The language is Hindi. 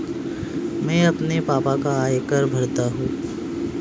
मैं अपने पापा का आयकर भरता हूं